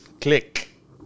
Click